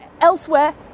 Elsewhere